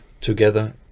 together